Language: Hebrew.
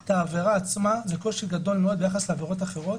את העבירה עצמה זה קושי גדול מאוד ביחס לעבירות אחרות.